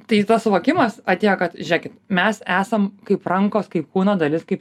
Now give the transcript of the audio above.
tai tas suvokimas atėjo kad žiūrėkit mes esam kaip rankos kaip kūno dalis kaip